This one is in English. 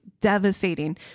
devastating